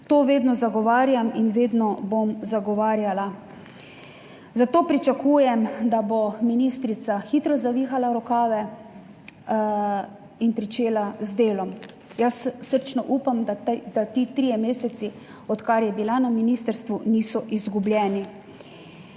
To vedno zagovarjam in vedno bom zagovarjala, zato pričakujem, da bo ministrica hitro zavihala rokave in pričela z delom. Jaz srčno upam, da ti trije meseci, odkar je bila na ministrstvu, niso izgubljeni.